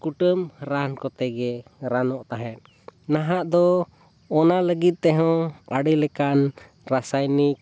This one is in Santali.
ᱠᱩᱴᱟᱹᱢ ᱨᱟᱱ ᱠᱚᱛᱮ ᱜᱮ ᱨᱟᱱᱚᱜ ᱛᱟᱦᱮᱸᱫ ᱱᱟᱦᱟᱜ ᱫᱚ ᱚᱱᱟ ᱞᱟᱹᱜᱤᱫ ᱛᱮᱦᱚᱸ ᱟᱹᱰᱤ ᱞᱮᱠᱟᱱ ᱨᱟᱥᱟᱭᱱᱤᱠ